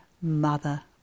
mother